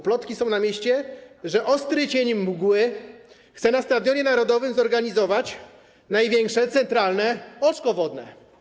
Plotki są na mieście, że ostry cień mgły chce na Stadionie Narodowym zorganizować największe, centralne oczko wodne.